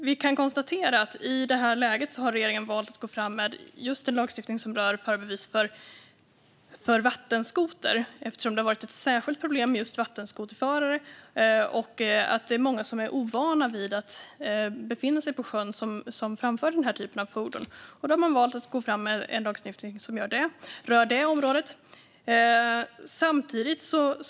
Vi kan konstatera att i det här läget har regeringen valt att gå fram med en lagstiftning som rör förarbevis för vattenskoter. Det har varit ett särskilt problem med förare av vattenskotrar, och många som framför den typen av fordon är ovana vid att befinna sig på sjön. Då har man valt att gå fram med en lagstiftning som rör det området.